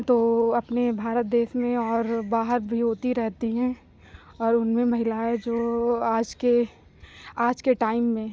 तो अपने भारत देश में और बाहर भी होती रहती हैं और उनमें महिलाएं जो आज के आज के टाइम में